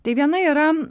tai viena yra